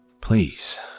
Please